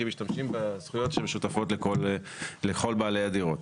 כי משתמשים בזכויות שמשותפות לכל בעלי הדירות.